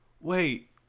wait